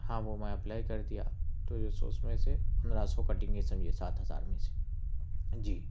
ہاں وہ میں اپلائی کر دیا تو جو سو اس میں سے پندرہ سو کٹیں گے سبھی سات ہزار میں سے جی